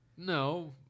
No